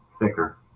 Thicker